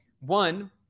one